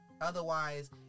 Otherwise